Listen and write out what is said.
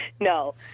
No